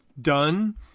done